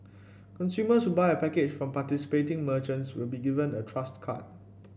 consumers who buy a package from participating merchants will be given a trust card